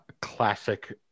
classic